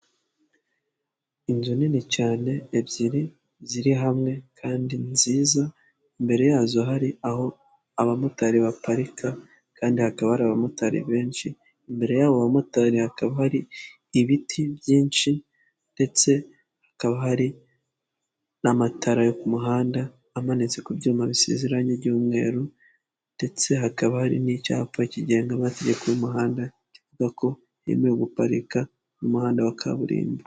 Inzu nini cyane ebyiri ziri hamwe kandi nziza, imbere yazo hari aho abamotari baparika kandi hakaba hari abamotari benshi imbere y'abo bamotari hakaba hari ibiti byinshi ndetse hakaba hari n'amatara yo ku muhanda amanitse ku byuma bisize irange ry'umweru ndetse hakaba hari n'icyapa kigenga amategeko y'umuhanda kivuga ko bitemewe guparika mu muhanda wa kaburimbo.